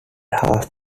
half